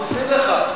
אנחנו עוזרים לך.